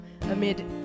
amid